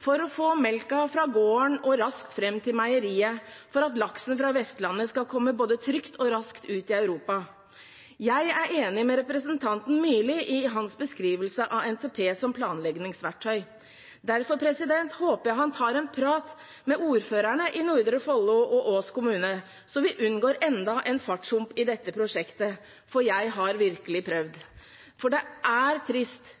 for å få melken fra gården raskt fram til meieriet og for at laksen fra Vestlandet skal komme både trygt og raskt ut i Europa. Jeg er enig med representanten Myrli i hans beskrivelse av NTP som planleggingsverktøy. Derfor håper jeg han tar en prat med ordførerne i Nordre Follo og Ås, så vi unngår enda en fartshump i dette prosjektet, for jeg har virkelig prøvd. Det er trist